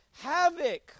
havoc